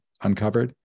uncovered